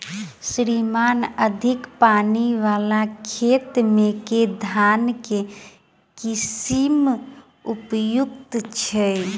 श्रीमान अधिक पानि वला खेत मे केँ धान केँ किसिम उपयुक्त छैय?